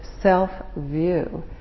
self-view